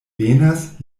venas